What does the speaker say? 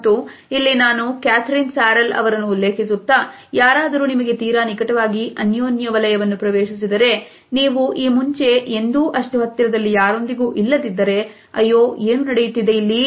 ಮತ್ತು ಇಲ್ಲಿ ನಾನು ಕ್ಯಾಥರೀನ್ ಸಾರೆಲ್ ರವರನ್ನು ಉಲ್ಲೇಖಿಸುತ್ತಾ ಯಾರಾದರೂ ನಿಮಗೆ ತೀರಾ ನಿಕಟವಾಗಿ ಅನ್ಯೋನ್ಯ ವಲಯವನ್ನು ಪ್ರವೇಶಿಸಿದರೆ ನೀವು ಈ ಮುಂಚೆ ಎಂದು ಅಷ್ಟು ಹತ್ತಿರದಲ್ಲಿ ಯಾರೊಂದಿಗೂ ಇಲ್ಲದಿದ್ದರೆ ಅಯ್ಯೋ ಏನು ನಡೆಯುತ್ತಿದೆ ಇಲ್ಲಿ